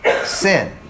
sin